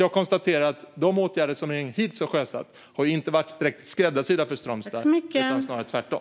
Jag konstaterar att de åtgärder som regeringen hittills har sjösatt inte har varit direkt skräddarsydda för Strömstad utan snarare tvärtom.